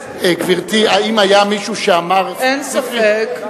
גברתי, האם היה מישהו שאמר, אין ספק,